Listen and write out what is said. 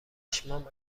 پشمام